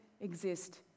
exist